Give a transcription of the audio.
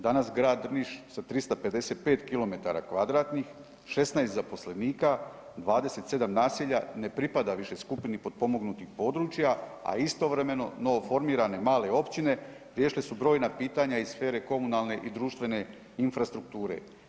Danas Grad Drniš sa 355km2 16 zaposlenika, 27 naselja ne pripada više skupini potpomognutih područja, a istovremen o novo formirane male općine riješile su brojna pitanja iz sfere komunalne i društvene infrastrukture.